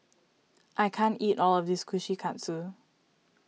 I can't eat all of this Kushikatsu